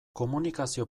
komunikazio